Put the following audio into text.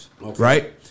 right